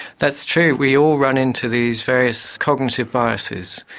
that's true, we all run into these various cognitive biases.